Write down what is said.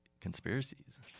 conspiracies